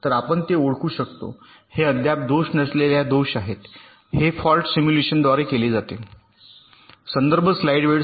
तर आपण ते ओळखू शकतो हे अद्याप दोष नसलेल्या दोष आहेत हे फॉल्ट सिम्युलेशनद्वारे केले जाते